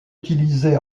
utilisé